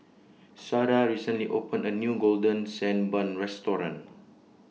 Sara recently opened A New Golden Sand Bun Restaurant